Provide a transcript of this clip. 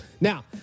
Now